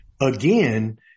again